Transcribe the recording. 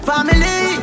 Family